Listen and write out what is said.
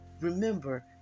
remember